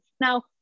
now